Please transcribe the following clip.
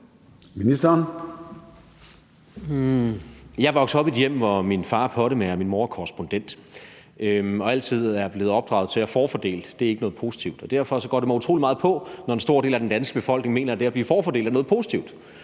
Jeg er vokset op i et hjem, hvor min far er pottemager og min mor er korrespondent, og hvor jeg altid er blevet opdraget til, at »forfordelt« ikke er noget positivt, og det derfor går mig utrolig meget på, når en stor del af den danske befolkning mener, at det at blive »forfordelt« er noget positivt,